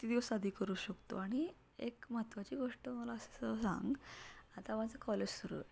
किती दिवस आधी करू शकतो आणि एक महत्वाची गोष्ट मला असं सांग आता माझं कॉलेज सुरू आहे